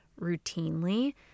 routinely